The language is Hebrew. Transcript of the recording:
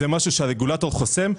זה משהו שהרגולטור חוסם,